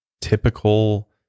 typical